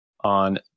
on